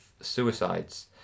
suicides